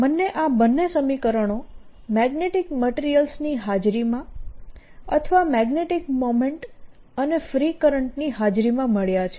મને આ બંને સમીકરણો મેગ્નેટીક મટીરીયલ્સની હાજરીમાં અથવા મેગ્નેટીક મોમેન્ટ અને ફ્રી કરંટની હાજરીમાં મળ્યાં છે